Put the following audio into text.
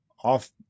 off